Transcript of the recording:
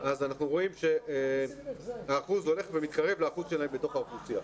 אז אנחנו רואים שהאחוז הולך ומתקרב לאחוז שלהם בתוך האוכלוסייה.